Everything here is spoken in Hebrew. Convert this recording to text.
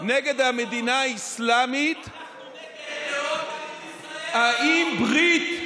אנחנו נגד טרור גם אם ישראל עושה אותו.